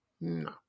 no